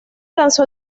lanzó